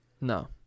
No